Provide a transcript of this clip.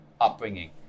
upbringing